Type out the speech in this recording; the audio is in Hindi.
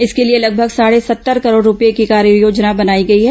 इसके लिए लगभग साढे सत्तर करोड रूपये की कार्ययोजना बनाई गई है